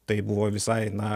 tai buvo visai na